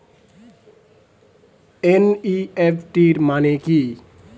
NEFT মানে কি?